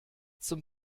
zum